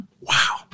Wow